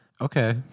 Okay